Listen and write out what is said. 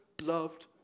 loved